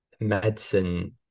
medicine